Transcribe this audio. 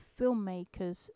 filmmakers